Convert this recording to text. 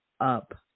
up